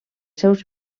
seus